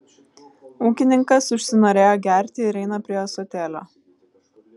ūkininkas užsinorėjo gerti ir eina prie ąsotėlio